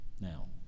now